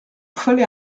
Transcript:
fallait